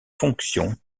fonctions